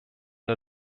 der